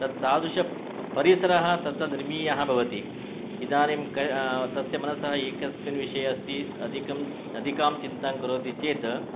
तद् तादृश परिसरः तत्र निर्मीयः भवति इदानीं तस्य मनसः एकस्मिन् विषये अस्ति अधिकं अधिकां चिन्तां करोति चेत्